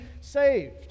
saved